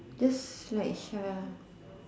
this like Sha